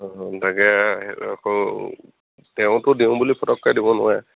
অঁ তাকে আকৌ তেওঁতো দিওঁ বুলি ফটককে দিব নোৱাৰে